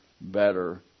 better